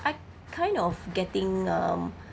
I kind of getting um